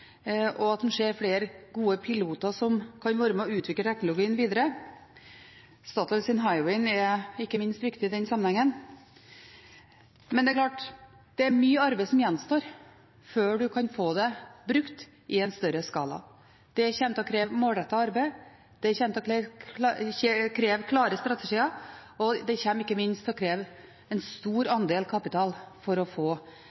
og vi ser flere gode piloter som kan være med på å utvikle teknologien videre. Statoils Hywind er ikke minst viktig i den sammenhengen. Men det er mye arbeid som gjenstår før man kan få brukt det i en større skala. Det kommer til å kreve målrettet arbeid, det kommer til å kreve klare strategier, og det kommer ikke minst til å kreve mye kapital for å få